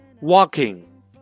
walking